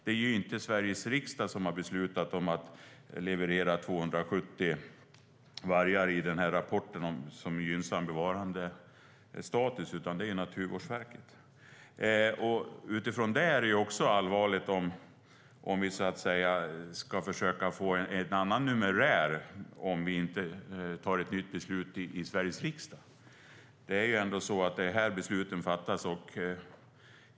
Det är inte Sveriges riksdag som har beslutat att i den här rapporten leverera 270 vargar som gynnsam bevarandestatus, utan det är Naturvårdsverket.Utifrån det är det allvarligt om man försöker få en annan numerär utan att det tas ett nytt beslut i Sveriges riksdag - det är ändå här besluten fattas.